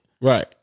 Right